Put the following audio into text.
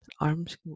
Arms